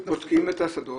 בודקים את השדות.